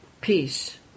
peace